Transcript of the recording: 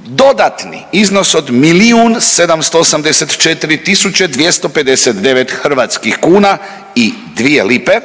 dodatni iznos od milijun 784 tisuće, 259 hrvatskih kuna i dvije lipe,